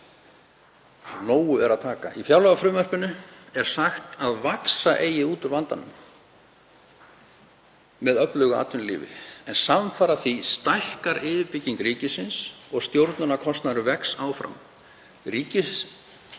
nógu er að taka. Í fjárlagafrumvarpinu er sagt að vaxa eigi út úr vandanum með öflugu atvinnulífi en samfara því stækkar yfirbygging ríkisins og stjórnunarkostnaðurinn vex áfram.